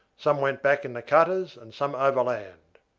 some went back in the cutters and some overland.